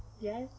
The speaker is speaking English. Yes